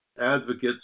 advocates